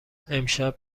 امشب